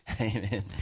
Amen